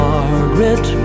Margaret